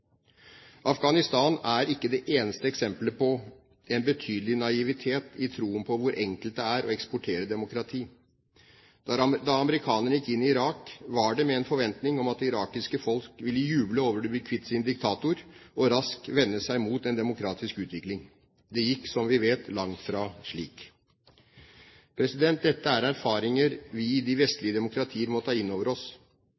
Afghanistan er ikke det eneste eksempelet på en betydelig naivitet i troen på hvor enkelt det er å eksportere demokrati. Da amerikanerne gikk inn i Irak, var det med en forventing om at det irakiske folk ville juble over å bli kvitt sin diktator og raskt vende seg mot en demokratisk utvikling. Det gikk, som vi vet, langt fra slik. Dette er erfaringer vi i de